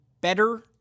better